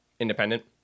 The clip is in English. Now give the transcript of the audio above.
independent